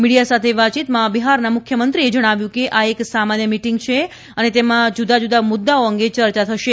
media સાથે વાતચીતમાં બિહારના મુખ્યમંત્રીએ જણાવ્યું કે આ એક સામાન્ય મિટીંગ છે અને તેમાં જુદા જુદા મુદ્દાઓ અંગે ચર્ચા થશે